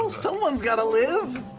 so someone's got to live!